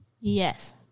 Yes